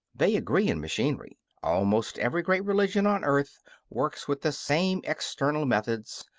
they agree in machinery almost every great religion on earth works with the same external methods,